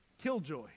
killjoy